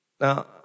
Now